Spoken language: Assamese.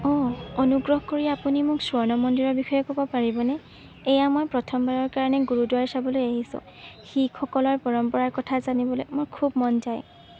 অ ' অনুগ্ৰহ কৰি আপুনি মোক স্বৰ্ণ মন্দিৰৰ বিষয়ে ক'ব পাৰিবনে এয়া মই প্ৰথমবাৰৰ কাৰণে গুৰুদ্বাৰ চাবলৈ আহিছোঁ শিখসকলৰ পৰম্পৰাৰ কথা জানিবলৈ মোৰ খুব মন যায়